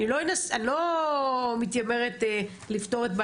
אני אומרת לך,